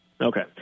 Okay